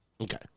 Okay